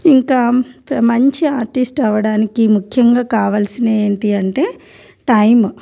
ఇంకా మంచి ఆర్టిస్ట్ అవ్వడానికి ముఖ్యంగా కావాల్సిన ఏంటి అంటే టైమ్